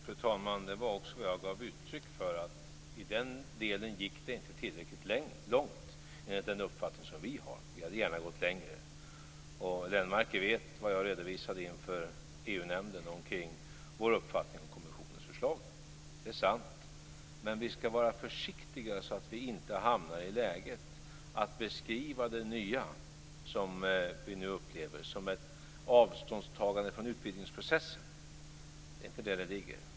Fru talman! Det var också vad jag gav uttryck för. I den delen gick det inte tillräckligt långt enligt den uppfattning som vi har. Vi hade gärna gått längre. Lennmarker vet vad jag redovisade inför EU nämnden omkring vår uppfattning om kommissionens förslag. Det är sant. Men vi skall vara försiktiga så att vi inte hamnar i läget att beskriva det nya som vi nu upplever som ett avståndstagande från utvidgningsprocessen. Det är inte där det ligger.